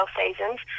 seasons